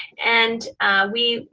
and we,